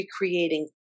recreating